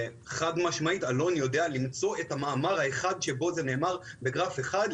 חד-משמעית אלון יודע למצוא את המאמר האחד שבו זה נאמר בגרף אחד,